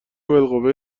بالقوه